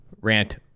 Rant